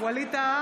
(קוראת בשמות חברי הכנסת)